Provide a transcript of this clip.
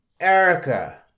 Erica